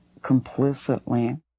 complicitly